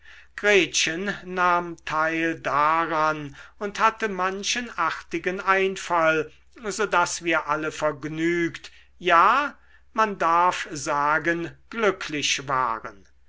gretchen nahm teil daran und hatte manchen artigen einfall so daß wir alle vergnügt ja man darf sagen glücklich waren